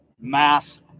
Mass